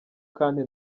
kandi